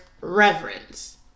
reverence